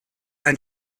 ein